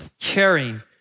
caring